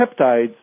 peptides